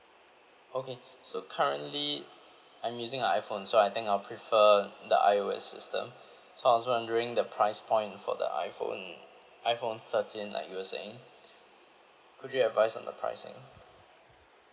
okay so currently I'm using a iphone so I think I'll prefer the iOS system so I was wondering the price point for the iphone iphone thirteen like you were saying could you advise on the pricing